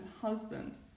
husband